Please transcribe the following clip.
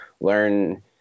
learn